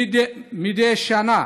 מדי שנה